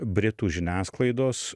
britų žiniasklaidos